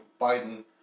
Biden